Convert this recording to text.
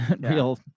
real